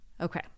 Okay